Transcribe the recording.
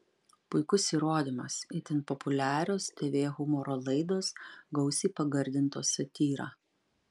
puikus įrodymas itin populiarios tv humoro laidos gausiai pagardintos satyra